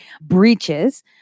breaches